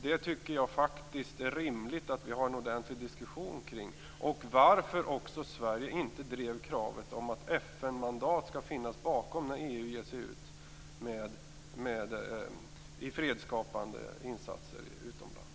Jag tycker att det är rimligt att vi har en ordentlig diskussion kring det, och även om varför Sverige inte drev kravet att FN-mandat skall finnas bakom när EU ger sig ut i fredsskapande insatser utomlands.